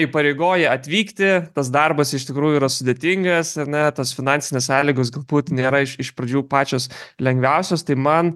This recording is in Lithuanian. įpareigoja atvykti tas darbas iš tikrųjų yra sudėtingas ar ne tos finansinės sąlygos galbūt nėra iš iš pradžių pačios lengviausios tai man